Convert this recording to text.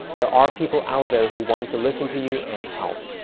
there are people out there who want to listen to you and help.